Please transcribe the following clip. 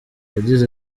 yagize